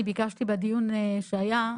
אני ביקשתי בדיון שהיה,